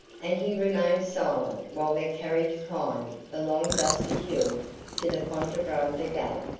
and he remained silent while their carriage climbed the long dusty hill to the fontebranda gate.